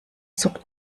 zuckt